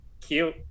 cute